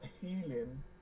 healing